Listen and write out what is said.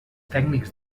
tècnics